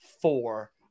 four